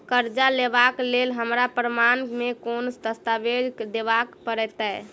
करजा लेबाक लेल हमरा प्रमाण मेँ कोन दस्तावेज देखाबऽ पड़तै?